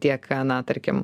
tiek a na tarkim